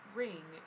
ring